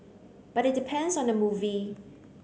but it depends on the movie